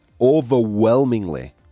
overwhelmingly